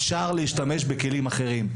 אפשר להשתמש בכלים אחרים.